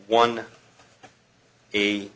one a